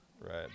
Right